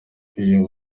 uyu